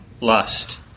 lust